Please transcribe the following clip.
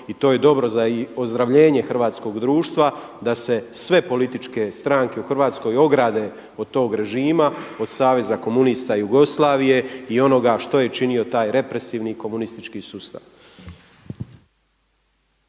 i to je dobro za ozdravljenje hrvatskog društva da se sve političke stranke u Hrvatskoj ograde od tog režima, od saveza komunista Jugoslavije i onoga što je činio taj represivni komunistički sustav.